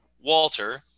Walter